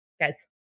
guys